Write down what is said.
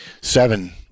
seven